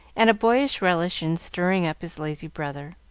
and a boyish relish in stirring up his lazy brother.